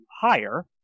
higher